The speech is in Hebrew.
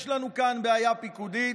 יש לנו כאן בעיה פיקודית,